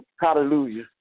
Hallelujah